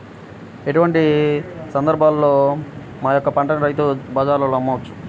ఎటువంటి సందర్బాలలో మా యొక్క పంటని రైతు బజార్లలో అమ్మవచ్చు?